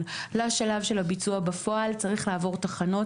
לשלב של הביצוע בפועל צריך לעבור תחנות,